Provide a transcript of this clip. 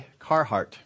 Carhartt